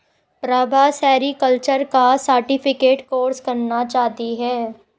Prabha sericulture का certificate course करना चाहती है